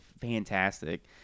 fantastic